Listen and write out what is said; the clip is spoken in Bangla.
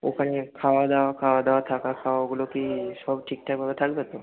ওখানে খাওয়া দাওয়া খাওয়া দাওয়া থাকা খাওয়া ওগুলো কি সব ঠিকঠাকভাবে থাকবে তো